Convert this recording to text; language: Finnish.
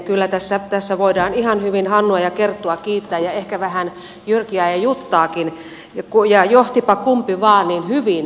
kyllä tässä voidaan ihan hyvin hannua ja kerttua kiittää ja ehkä vähän jyrkiä ja juttaakin ja johtipa kumpi vain niin hyvin johti